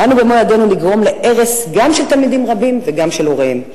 אנו במו-ידינו נגרום להרס גם של תלמידים רבים וגם של הוריהם.